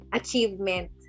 achievement